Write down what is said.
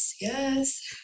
yes